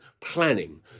planning